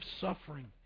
suffering